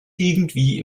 irgendwie